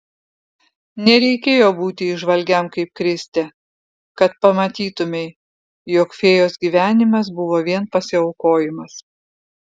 nereikėjo būti įžvalgiam kaip kristė kad pamatytumei jog fėjos gyvenimas buvo vien pasiaukojimas